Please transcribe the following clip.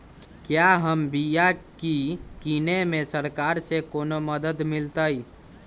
क्या हम बिया की किने में सरकार से कोनो मदद मिलतई?